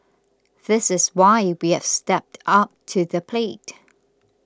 this is why we have stepped up to the plate